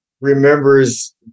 remembers